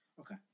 Okay